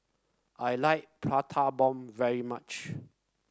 I like Prata Bomb very much